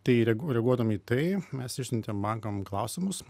tai reg reguodami į tai mes išsiuntėm bankam klausimus